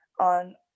on